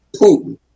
Putin